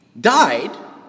died